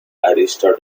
arista